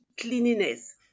cleanliness